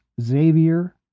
Xavier